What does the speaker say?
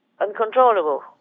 uncontrollable